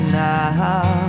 now